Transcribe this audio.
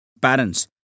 Parents